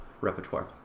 repertoire